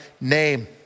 name